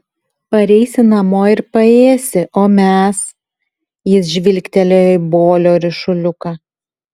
pareisi namo ir paėsi o mes jis žvilgtelėjo į bolio ryšuliuką